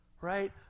right